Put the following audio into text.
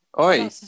Oi